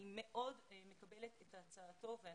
אני מאוד מקבלת את הצעתו של יושב ראש הסוכנות,